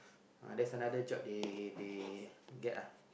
uh there's another job they they get ah